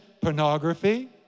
pornography